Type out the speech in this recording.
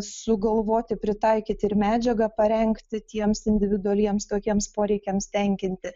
sugalvoti pritaikyti ir medžiagą parengti tiems individualiems tokiems poreikiams tenkinti